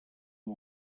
who